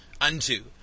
unto